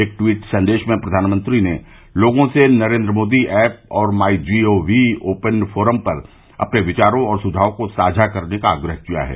एक ट्वीट संदेश में प्रधानमंत्री ने लोगों से नरेन्द्र मोदी ऐप और my G O V open forum पर अपने विचारों और सुझावों को साझा करने का आग्रह किया है